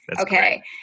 Okay